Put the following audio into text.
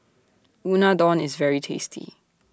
Unadon IS very tasty